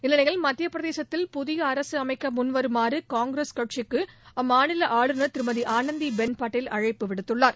இந்நிலையில் மத்தியப் பிரதேசத்தில் புதிய அரசு அமைக்க முன்வருமாறு காங்கிரஸ் கட்சிக்கு அம்மாநில ஆளுநர் திருமதி ஆனந்திபென் பட்டேல் அழைப்பு விடுத்துள்ளார்